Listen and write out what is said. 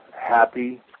happy